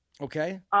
Okay